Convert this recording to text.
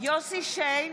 יוסף שיין,